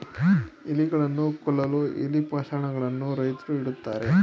ಇಲಿಗಳನ್ನು ಕೊಲ್ಲಲು ಇಲಿ ಪಾಷಾಣ ಗಳನ್ನು ರೈತ್ರು ಇಡುತ್ತಾರೆ